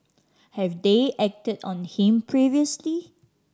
have they acted on him previously